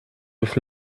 with